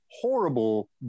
horrible